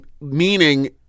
Meaning